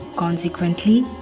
Consequently